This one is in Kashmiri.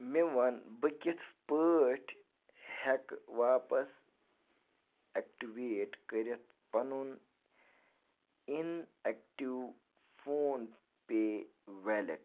مےٚ وَن بہٕ کِتھ پٲٹھۍ ہٮ۪کہٕ واپس اٮ۪کٹِویٹ کٔرِتھ پَنُن inactive PhonePe wallet